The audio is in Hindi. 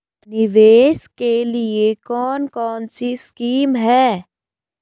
निवेश के लिए कौन कौनसी स्कीम हैं?